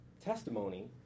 testimony